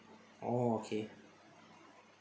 oh okay